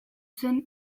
zen